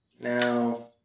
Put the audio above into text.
Now